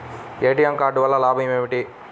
ATM card వల్ల లాభం ఏమిటి?